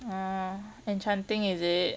orh enchanting is it